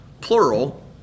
plural